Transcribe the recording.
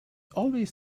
always